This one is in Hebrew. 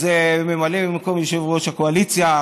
ממלא מקום יושב-ראש הקואליציה,